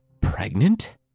Pregnant